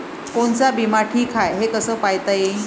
कोनचा बिमा ठीक हाय, हे कस पायता येईन?